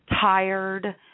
tired